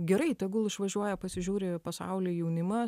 gerai tegul išvažiuoja pasižiūri pasaulio jaunimą